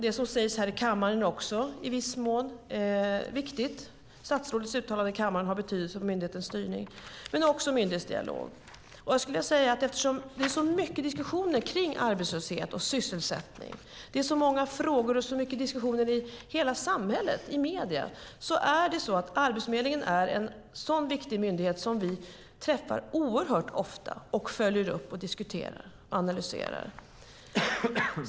Det gäller också i viss mån det som sägs här i kammaren. Det är viktigt. Statsrådens uttalande i kammaren har betydelse för myndighetens styrning. Men det handlar också om myndighetsdialog. Eftersom det är så mycket diskussioner om arbetslöshet och sysselsättning, så många frågor och så mycket diskussioner i hela samhället och i medierna är Arbetsförmedlingen en viktig myndighet som vi träffar oerhört ofta. Vi följer upp, diskuterar och analyserar.